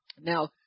now